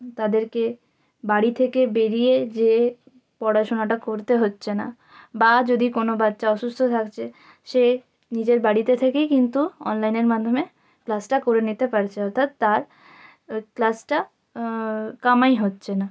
তাদেরকে বাড়ি থেকে বেরিয়ে যেয়ে পড়াশোনাটা করতে হচ্ছে না বা যদি কোনও বাচ্চা অসুস্থ থাকছে সে নিজের বাড়িতে থেকেই কিন্তু অনলাইনের মাধ্যমে ক্লাসটা করে নিতে পারছে অর্থাৎ তার ক্লাসটা কামাই হচ্ছে না